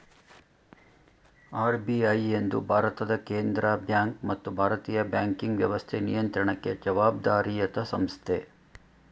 RBI ಎಂದು ಭಾರತದ ಕೇಂದ್ರ ಬ್ಯಾಂಕ್ ಮತ್ತು ಭಾರತೀಯ ಬ್ಯಾಂಕಿಂಗ್ ವ್ಯವಸ್ಥೆ ನಿಯಂತ್ರಣಕ್ಕೆ ಜವಾಬ್ದಾರಿಯತ ಸಂಸ್ಥೆ